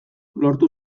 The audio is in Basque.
lortu